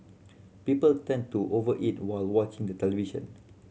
people tend to over eat while watching the television